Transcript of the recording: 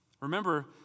Remember